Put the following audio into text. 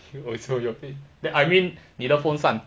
if~ so you mean I mean 你的风扇